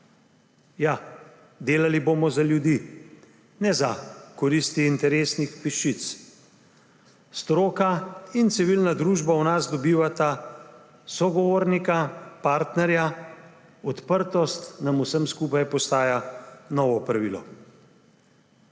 Ja, delali bomo za ljudi, ne za koristi interesnih peščic. Stroka in civilna družba v nas dobivata sogovornika, partnerja, odprtost nam vsem skupaj postaja novo pravilo.